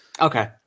Okay